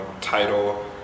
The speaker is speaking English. title